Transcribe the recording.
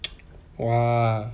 !wah!